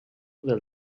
del